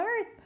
earth